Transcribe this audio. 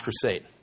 Crusade